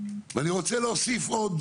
אני רוצה להוסיף עוד